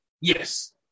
Yes